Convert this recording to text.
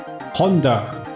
Honda